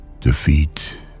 Defeat